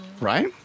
Right